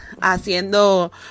haciendo